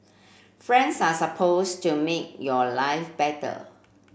friends are supposed to make your life better